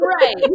Right